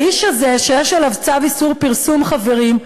האיש הזה, שיש על שמו צו איסור פרסום, חברים,